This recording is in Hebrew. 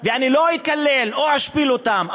ולא אקלל או אשפיל אותם.